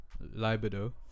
Libido